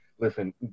listen